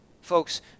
Folks